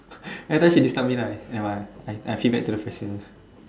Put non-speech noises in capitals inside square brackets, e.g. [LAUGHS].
[LAUGHS] then after that she disturb me right never mind I I feedback to the president